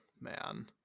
man